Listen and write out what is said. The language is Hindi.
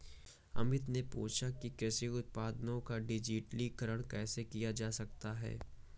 अमित ने पूछा कि कृषि उत्पादों का डिजिटलीकरण कैसे किया जा सकता है?